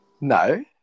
No